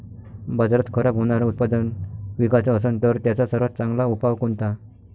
बाजारात खराब होनारं उत्पादन विकाच असन तर त्याचा सर्वात चांगला उपाव कोनता?